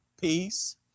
peace